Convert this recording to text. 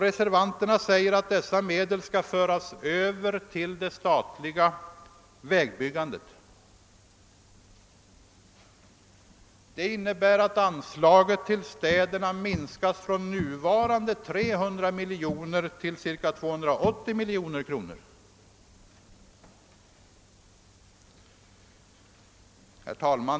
Reservanterna yrkar att dessa medel skall föras över till det statliga vägbyggandet. Det innebär att anslaget till städerna minskar från nuvarande 300 miljoner kronor till ca 280 miljoner kronor.